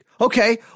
Okay